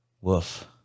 Woof